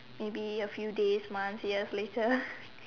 maybe a few days months years later